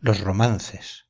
los romances